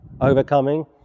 overcoming